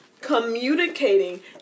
communicating